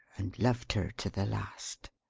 and loved her to the last!